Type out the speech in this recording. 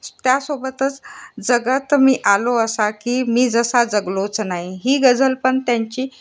त्यासोबतच जगत मी आलो असा की मी जसा जगलोच नाही ही गझल पण त्यांची